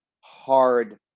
hard